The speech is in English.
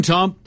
Tom